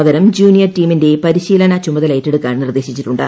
പകരം ജൂനിയർ ടീമിന്റെ പരിശീലന ചുമതല ഏറ്റെടുക്കാൻ നിർദേശിച്ചിട്ടുണ്ട്